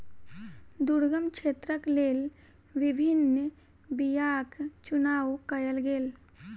दुर्गम क्षेत्रक लेल विभिन्न बीयाक चुनाव कयल गेल